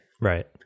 Right